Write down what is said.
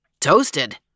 toasted